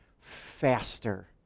faster